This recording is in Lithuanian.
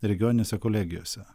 regioninėse kolegijose